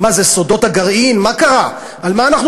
אתה יודע מה,